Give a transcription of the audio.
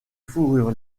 fourrure